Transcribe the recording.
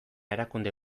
erakunde